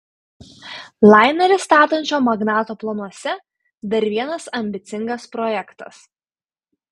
lainerį statančio magnato planuose dar vienas ambicingas projektas